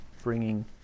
Bringing